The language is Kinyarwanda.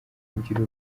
kugira